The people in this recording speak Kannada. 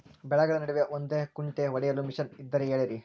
ಬೆಳೆಗಳ ನಡುವೆ ಬದೆಕುಂಟೆ ಹೊಡೆಯಲು ಮಿಷನ್ ಇದ್ದರೆ ಹೇಳಿರಿ